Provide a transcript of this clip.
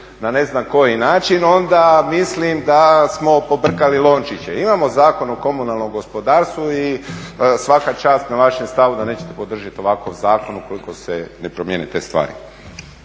na ne znam koji način onda mislim da smo pobrkali lončiće. Imao Zakon o komunalnom gospodarstvu i svaka čas na vašem stavu da nećete podržati ovakav zakon ukoliko se ne promjene te stvari.